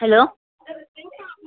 hello